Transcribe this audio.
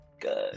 Good